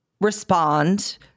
respond